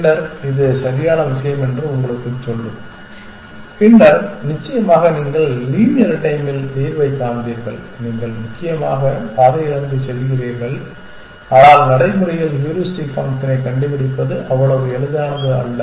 பின்னர் இது சரியான விஷயம் என்று உங்களுக்குச் சொல்லும் பின்னர் நிச்சயமாக நீங்கள் லீனியர் டைம்மில் தீர்வைக் காண்பீர்கள் நீங்கள் முக்கியமாக பாதையிலிருந்து செல்கிறீர்கள் ஆனால் நடைமுறையில் ஹூரிஸ்டிக் ஃபங்க்ஷனை கண்டுபிடிப்பது அவ்வளவு எளிதானது அல்ல